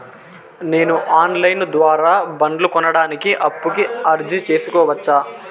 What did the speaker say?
నేను online ద్వారా బండ్లు కొనడానికి అప్పుకి అర్జీ సేసుకోవచ్చా?